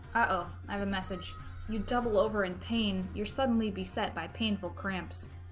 ah i have a message you double over in pain you're suddenly beset by painful cramps